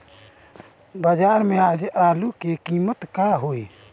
बाजार में आज आलू के कीमत का होई?